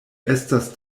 estas